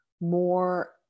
more